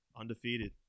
Undefeated